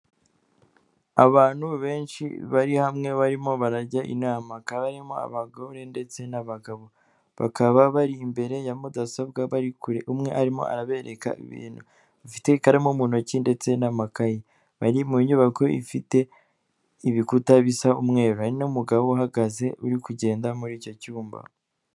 Abantu benshi bari hamwe barimo barajya inama kabamo abagore ndetse n'abagabo, bakaba bari imbere ya mudasobwa bari kure umwe arimo arabereka ibintu afite ikaramu mu ntoki ndetse n'amakaye. Bari mu nyubako ifite ibikuta bisa umweru n'umugabo uhagaze uri kugenda muri icyo cyumba.